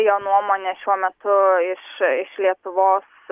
jo nuomone šiuo metu iš iš lietuvos